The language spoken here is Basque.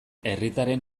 herritarren